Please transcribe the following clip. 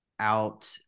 out